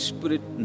Spirit